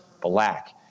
black